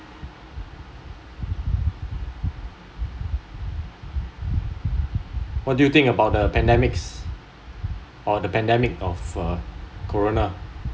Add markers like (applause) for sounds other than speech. what do you think about the pandemics or the pandemic of uh corona (noise)